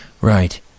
Right